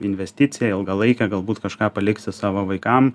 investicija ilgalaikė galbūt kažką paliksi savo vaikam